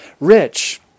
rich